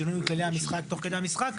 שינוי כללי המשחק תוך כדי המשחק.